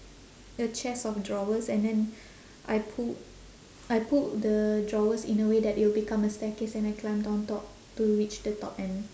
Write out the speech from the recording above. a chest of drawers and then I pulled I pulled the drawers in a way that it will become a staircase and I climbed on top to reach the top and